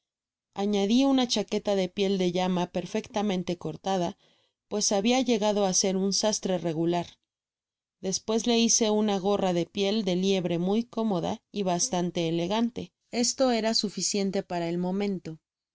una chaqueta de piel de llama perfectamente cortada pues había llegado á ser un sastre regular despues le hice una gorra de piel de liebre muy cómoda y bastante elegante este era suüeiente para el momento